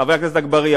חבר הכנסת אגבאריה,